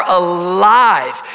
alive